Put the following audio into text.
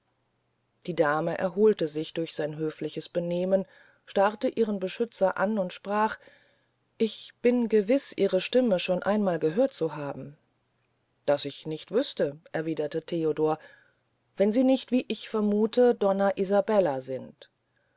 die dame erholte sich durch sein höfliches benehmen starrte ihren beschützer an und sprach ich bin gewiß ihre stimme schon einmal gehört zu haben das ich nicht wüste erwiederte theodor wenn sie nicht wie ich vermuthe donna isabella sind